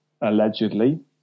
allegedly